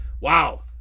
Wow